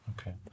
Okay